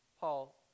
paul